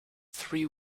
three